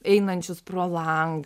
einančius pro langą